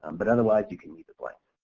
um but otherwise you can leave it blank.